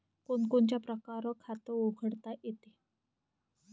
कोनच्या कोनच्या परकारं खात उघडता येते?